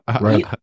right